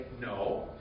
no